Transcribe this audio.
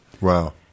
Wow